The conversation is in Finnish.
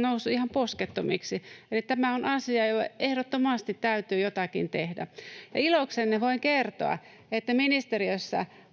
nousseet ihan poskettomiksi. Eli tämä on asia, jolle ehdottomasti täytyy jotakin tehdä, ja iloksenne voin kertoa, että ministeriössä